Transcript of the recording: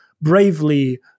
bravely